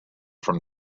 from